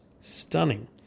stunning